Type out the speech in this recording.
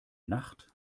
nacht